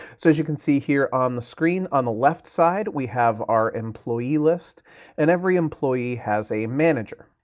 so as you can see here on the screen, on the left side, we have our employee list and every employee has a manager.